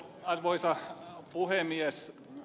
arvoisa puhemies